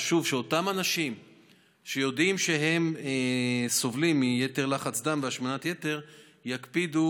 חשוב שאותם אנשים שיודעים שהם סובלים מיתר לחץ דם והשמנת יתר יקפידו